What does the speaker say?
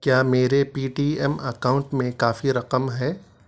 کیا میرے Paytm account میں کافی رقم ہے